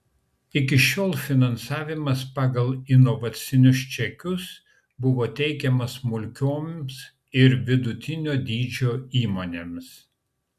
iki šiol finansavimas pagal inovacinius čekius buvo teikiamas smulkioms ir vidutinio dydžio įmonėms